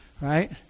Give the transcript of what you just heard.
Right